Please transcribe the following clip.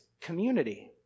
community